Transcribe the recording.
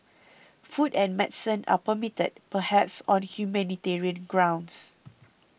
food and medicine are permitted perhaps on humanitarian grounds